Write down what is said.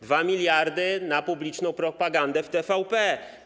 2 mld zł na publiczną propagandę w TVP.